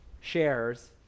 shares